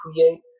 create